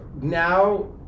now